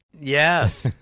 Yes